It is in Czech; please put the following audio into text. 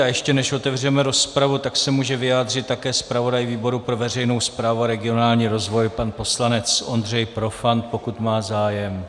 Ještě než otevřeme rozpravu, tak se může vyjádřit také zpravodaj výboru pro veřejnou správu a regionální rozvoj pan poslanec Ondřej Profant, pokud má zájem.